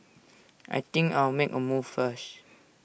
I think I'll make A move first